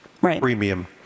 premium